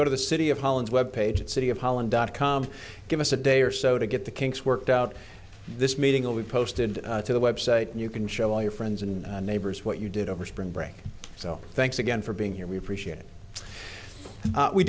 go to the city of holland's web page city of holland dot com give us a day or so to get the kinks worked out this meeting will be posted to the website and you can show all your friends and neighbors what you did over spring break so thanks again for being here we appreciate it